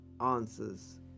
Answers